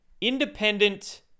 independent